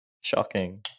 Shocking